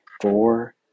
four